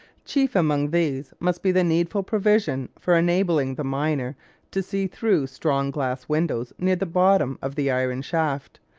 chief among these must be the needful provision for enabling the miner to see through strong glass windows near the bottom of the iron shaft,